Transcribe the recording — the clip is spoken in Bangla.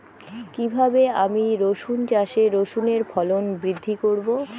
কীভাবে আমি রসুন চাষে রসুনের ফলন বৃদ্ধি করব?